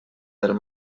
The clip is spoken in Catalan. del